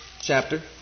chapter